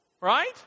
right